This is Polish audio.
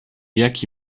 jaki